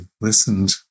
listened